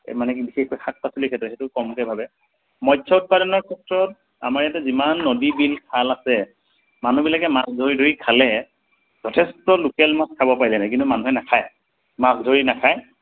এই মানে কি বিশেষকৈ শাক পাচলিৰ ক্ষেত্ৰত সেইটো কমকৈ ভাবে মৎস উৎপাদনৰ ক্ষেত্ৰত আমাৰ ইয়াতে যিমান নদী বিল খাল আছে মানুহবিলাকে মাছ ধৰি ধৰি খালে যথেষ্ট লোকেল মাছ খাব পাৰিলে হয় কিন্তু মানুহে নাখায় মাছ ধৰি নাখায়